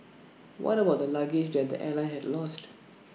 what about the luggage that the airline had lost